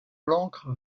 l’ancre